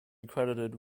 credited